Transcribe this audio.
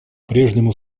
прежнему